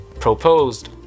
proposed